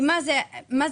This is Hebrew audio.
מה זה אומר?